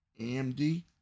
AMD